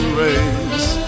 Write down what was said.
race